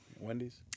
Wendy's